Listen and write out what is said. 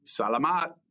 Salamat